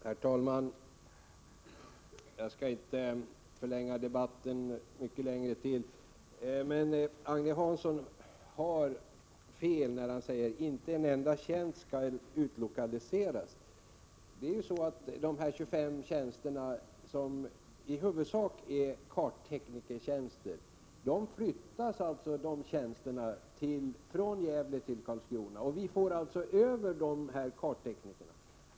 Herr talman! Jag skall inte förlänga debatten mycket längre. Men Agne Hansson har fel när han säger att inte en enda tjänst skall utlokaliseras. De 25 tjänsterna, som i huvudsak är kartteknikertjänster, flyttas från Gävle till Karlskrona, och vi får alltså dessa karttekniker över.